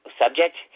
subject